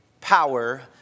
power